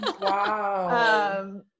Wow